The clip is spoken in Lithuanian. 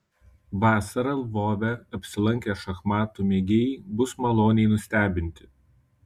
vasarą lvove apsilankę šachmatų mėgėjai bus maloniai nustebinti